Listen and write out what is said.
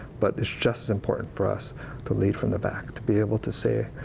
but it's just as important for us to lead from the back. to be able to say,